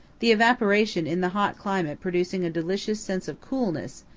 the evaporation in the hot climate producing a delicious sense of coolness,